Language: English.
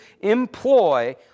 employ